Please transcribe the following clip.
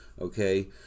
okay